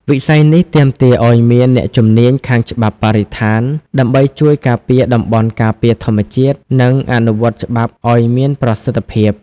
វិស័យនេះទាមទារឱ្យមានអ្នកជំនាញខាងច្បាប់បរិស្ថាន ដើម្បីជួយការពារតំបន់ការពារធម្មជាតិ និងអនុវត្តច្បាប់ឱ្យមានប្រសិទ្ធភាព។